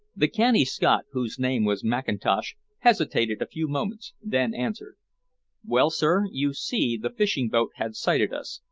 the canny scot, whose name was mackintosh, hesitated a few moments, then answered well, sir, you see the fishing-boat had sighted us,